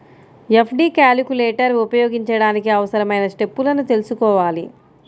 FD calculator ఉపయోగించడానికి అవసరమైన స్టెప్పులను తెల్సుకోవాలి